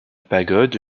pagode